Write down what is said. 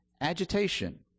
agitation